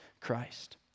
Christ